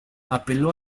apeló